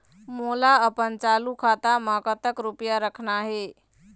मोला अपन चालू खाता म कतक रूपया रखना हे?